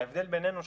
ההבדל בינינו,